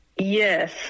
Yes